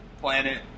planet